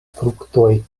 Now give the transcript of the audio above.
fruktoj